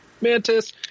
mantis